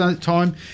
time